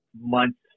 months